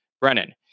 brennan